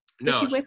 No